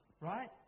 Right